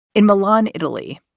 in milan, italy,